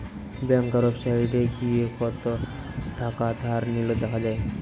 ব্যাংকার ওয়েবসাইটে গিয়ে কত থাকা ধার নিলো দেখা যায়